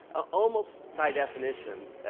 ah almost, by definition.